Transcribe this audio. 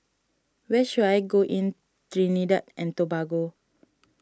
where should I go in Trinidad and Tobago